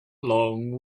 long